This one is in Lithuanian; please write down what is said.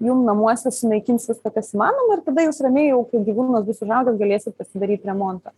jum namuose sunaikins viską kas įmanoma ir tada jūs ramiai jau kai gyvūnas bus užaugęs galėsit pasidaryt remontą